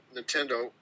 Nintendo